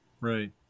Right